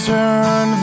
Turn